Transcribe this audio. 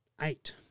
eight